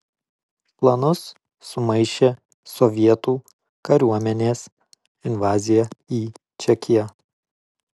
planus sumaišė sovietų kariuomenės invazija į čekiją